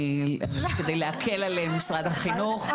כדי להקל על משרד החינוך,